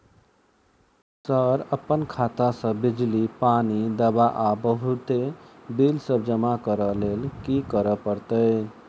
Sir अप्पन खाता सऽ बिजली, पानि, दवा आ बहुते बिल सब जमा करऽ लैल की करऽ परतै?